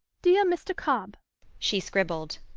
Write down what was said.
dear mr. cobb she scribbled,